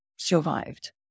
Survived